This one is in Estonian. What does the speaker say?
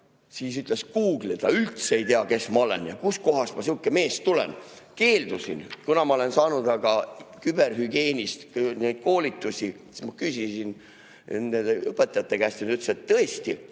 siis ütles Google, et ta üldse ei tea, kes ma olen ja kust kohast ma, sihuke mees, tulen. Keeldusin. Kuna ma olen [läbinud] küberhügieeni koolitusi, siis ma küsisin nende õpetajate käest ja nad ütlesid, et tõesti,